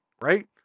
Right